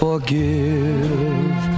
forgive